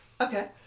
Okay